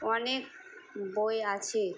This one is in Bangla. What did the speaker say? অনেক বই আছে